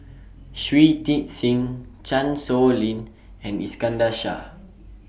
Shui Tit Sing Chan Sow Lin and Iskandar Shah